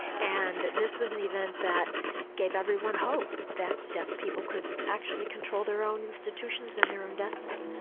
and this was an event that gave everyone hope that deaf people could actually control their own institutions and their own destiny.